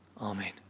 Amen